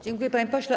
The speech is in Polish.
Dziękuję, panie pośle.